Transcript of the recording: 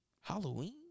Halloween